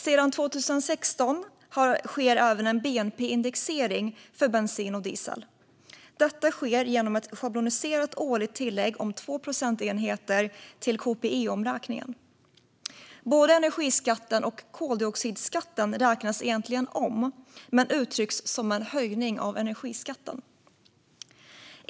Sedan 2016 sker även en bnp-indexering för bensin och diesel. Detta sker genom ett schabloniserat årligt tillägg om 2 procentenheter till kpi-omräkningen. Både energiskatten och koldioxidskatten räknas egentligen om men uttrycks som en höjning av energiskatten.